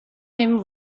him